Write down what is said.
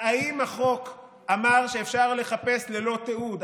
האם החוק אמר שאפשר לחפש ללא תיעוד?